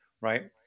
right